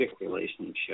relationship